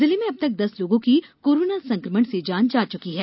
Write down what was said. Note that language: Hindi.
जिले में अब तक दस लोगों की कोरोना संक्रमण से जान जा चुकी है